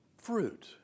fruit